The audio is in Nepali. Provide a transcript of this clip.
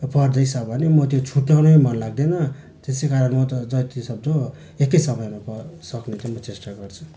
पढ्दैछ भने म त्यो छुट्याउन मन लाग्दैन त्यसै कारण म त जतिसक्दो एकै समयमा म सक्ने चाहिँ म चेष्टा गर्छु